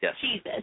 Jesus